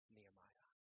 Nehemiah